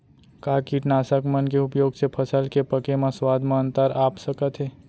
का कीटनाशक मन के उपयोग से फसल के पके म स्वाद म अंतर आप सकत हे?